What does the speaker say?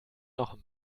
noch